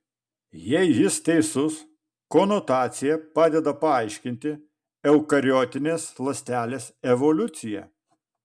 jei jis teisus konotacija padeda paaiškinti eukariotinės ląstelės evoliuciją